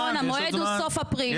לא נכון, המועד הוא סוף אפריל.